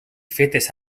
fetes